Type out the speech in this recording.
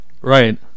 Right